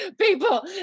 people